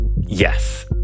Yes